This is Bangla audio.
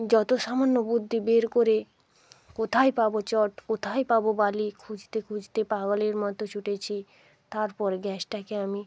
যত সামান্য বুদ্ধি বের করে কোথায় পাব চট কোথায় পাব বালি খুঁজতে খুঁজতে পাগলের মতো ছুটেছি তারপর গ্যাসটাকে আমি